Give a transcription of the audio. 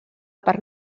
per